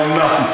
האומנם?